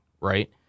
right